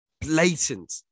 blatant